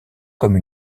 comme